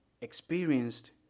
experienced